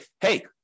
hey